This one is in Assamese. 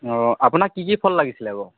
অঁ আপোনাক কি কি ফল লাগিছিলে বাৰু